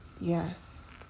yes